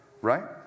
right